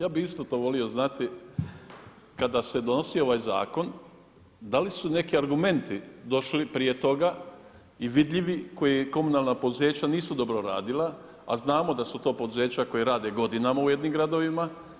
Ja bih isto to volio znati kada se donosio ovaj zakon da li su neki argumenti došli prije toga i vidljivi koja komunalna poduzeća nisu dobro radila, a znamo da su to poduzeća koja rade godinama u jednim gradovima.